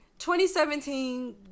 2017